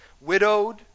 Widowed